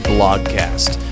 Blogcast